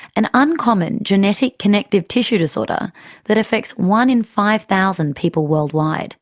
an uncommon genetic connective tissue disorder that affects one in five thousand people worldwide